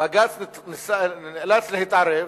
בג"ץ נאלץ להתערב